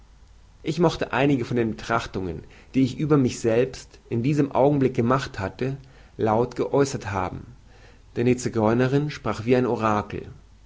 ich mochte einige von den betrachtungen die ich über mich selbst in diesem augenblicke gemacht hatte laut geäußert haben denn die zigeunerin sprach wie ein orakel